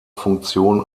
funktion